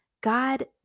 god